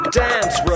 dance